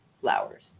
flowers